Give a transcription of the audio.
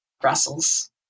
Brussels